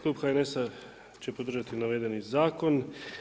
Klub HNS-a će podržati navedeni zakon.